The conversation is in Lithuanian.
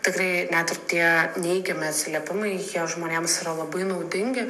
tikrai net ir tie neigiami atsiliepimaijie žmonėms yra labai naudingi